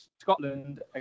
Scotland